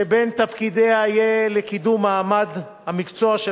שבין תפקידיה יהיה לקדם את מעמד המקצוע של